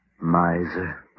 Miser